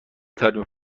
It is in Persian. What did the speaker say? طارمی